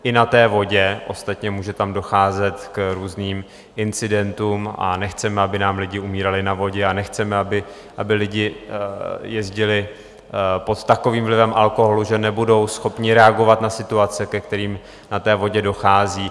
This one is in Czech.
I na vodě ostatně může docházet k různým incidentům a nechceme, aby nám lidi umírali na vodě, a nechceme, aby lidi jezdili pod takovým vlivem alkoholu, že nebudou schopni reagovat na situace, ke kterým na vodě dochází.